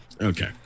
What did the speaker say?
Okay